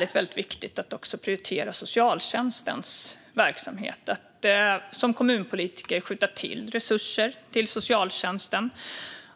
Det är väldigt viktigt att även prioritera socialtjänstens verksamhet - att som kommunpolitiker skjuta till resurser till socialtjänsten.